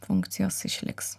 funkcijos išliks